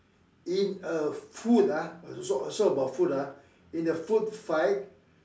in a food ah also about ah in a food fight